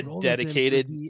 dedicated